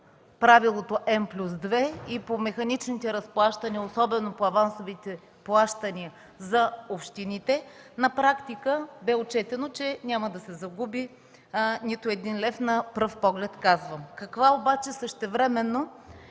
правилото N+2 и по механичните разплащания, особено по авансовите плащания за общините, на практика бе отчетено, че няма да се загуби нито един лев, на пръв поглед казвам. Каква обаче същевременно